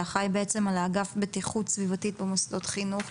שאחראי בעצם על אגף הבטיחות הסביבתית במוסדות חינך,